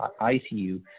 ICU